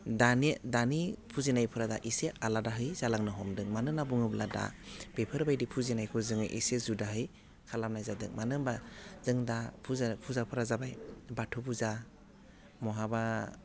दाने दानि फुजिनायफोरा दा एसे आलादायै जालांनो हमदों मानो होन्नानै बुङोब्ला दा बेफोरबायदि फुजिनायखौ जोङो एसे जुदायै खालामनाय जादों मानो होनबा जों दा फुजा फुजाफ्रा जाबाय बाथौ फुजा महाबा